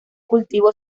cultivo